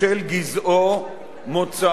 מוצאו, דתו,